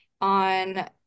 on